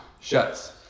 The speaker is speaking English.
shuts